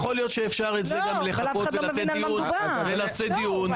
יכול להיות שאפשר גם לחכות ונעשה דיון,